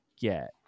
get